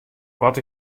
wat